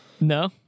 No